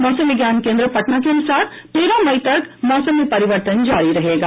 मौसम विज्ञान केंद्र पटना के अनुसार तेरह मई तक मौसम में परिवर्तन जारी रहेगा